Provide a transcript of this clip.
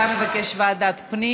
בעד, 40, נגד, 1, נמנע אחד.